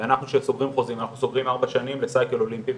אנחנו כשאנחנו סוגרים חוזים אנחנו סוגרים ארבע שנים למעגל אולימפי,